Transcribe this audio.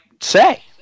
say